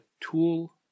tool